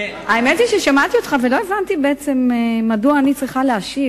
האמת היא ששמעתי אותך ולא הבנתי מדוע אני צריכה להשיב.